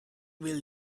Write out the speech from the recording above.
will